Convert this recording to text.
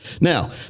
Now